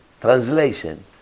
translation